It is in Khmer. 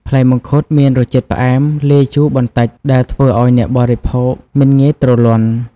ផ្លែមង្ឃុតមានរសជាតិផ្អែមលាយជូរបន្តិចដែលធ្វើឲ្យអ្នកបរិភោគមិនងាយទ្រលាន់។